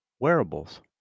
Wearables